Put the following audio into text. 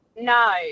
No